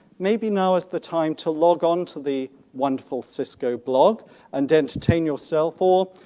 maybe now is the time to log onto the wonderful cisco blog and entertain yourself or,